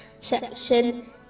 section